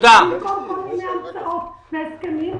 במקום כל מיני המצאות והסכמים,